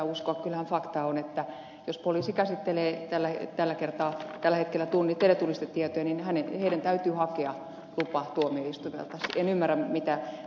kyllähän fakta on että jos poliisi käsittelee tällä hetkellä teletunnistetietoja niin siihen täytyy hakea lupa tuomioistuimelta